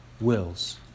wills